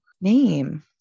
name